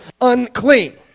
unclean